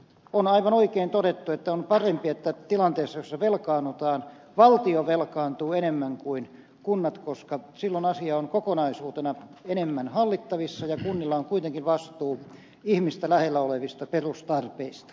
on aivan oikein todettu että on parempi että tilanteessa jossa velkaannutaan valtio velkaantuu enemmän kuin kunnat koska silloin asia on kokonaisuutena enemmän hallittavissa ja kunnilla on kuitenkin vastuu ihmistä lähellä olevista perustarpeista